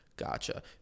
Gotcha